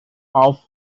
off